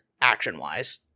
action-wise